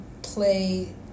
play